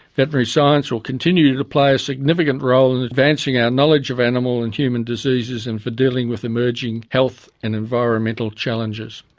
veterinary science will continue to to play a significant role in advancing our knowledge of animal and human diseases and for dealing with emerging health and environmental challenges.